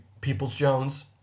Peoples-Jones